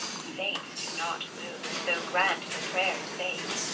saints do not move, though grant for prayers' sake.